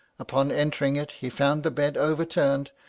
upon entering it, he found the bed overturned,